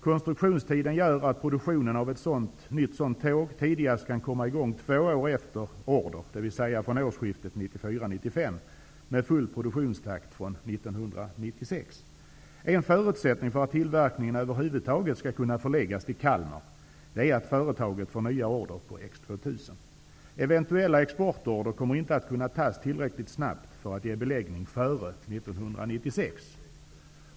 Konstruktionstiden gör att produktionen av ett nytt sådant tåg tidigast kan komma i gång två år efter order, dvs. från årsskiftet 1994-1995, med full produktionstakt från år 1996. En förutsättning för att tillverkningen över huvud taget skall kunna förläggas till Kalmar är att företaget får nya order på X 2000. Eventuella exportorder kommer inte att kunna tas tillräckligt snabbt för att ge beläggning före år 1996.